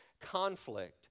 conflict